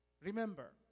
Remember